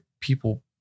people